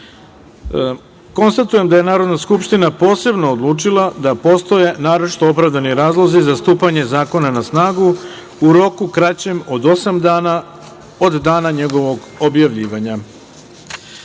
poslanika. Konstatujem da je Narodna skupština posebno odlučila da postoje naročito opravdani razlozi za stupanje zakona na snagu u roku kraćem od osam dana od dana njegovog objavljivanja. Pošto